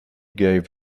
gave